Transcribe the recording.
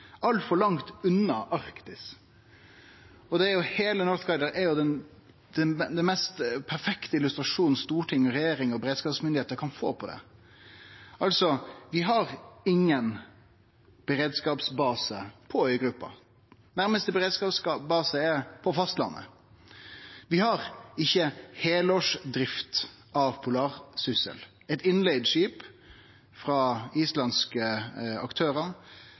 altfor langt unna Arktis. Heile «Northguider»-hendinga er den mest perfekte illustrasjonen storting, regjering og beredskapsmyndigheiter kan få på det. Vi har ingen beredskapsbase på øygruppa. Næraste beredskapsbase er på fastlandet. Vi har ikkje heilårsdrift av «Polarsyssel», eit skip som vi berre har leigd inn i ni månader frå islandske aktørar.